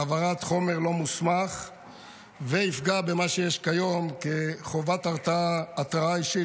העברת חומר לא מוסמך וזה יפגע במה שיש כיום כחובת התרעה אישית,